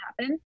happen